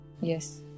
Yes